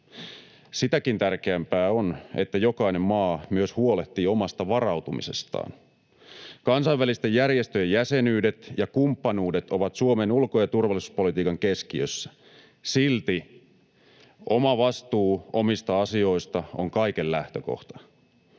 Sitäkin tärkeämpää on, että jokainen maa myös huolehtii omasta varautumisestaan. Kansainvälisten järjestöjen jäsenyydet ja kumppanuudet ovat Suomen ulko- ja turvallisuuspolitiikan keskiössä. Silti oma vastuu omista asioista on kaiken lähtökohta.